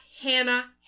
Hannah